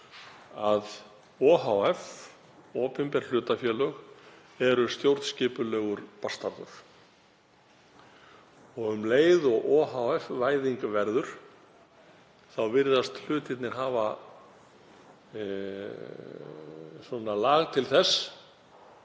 að ohf., opinber hlutafélög, eru stjórnskipulegur bastarður. Um leið og ohf.-væðing verður virðast hlutirnir hafa lag til þess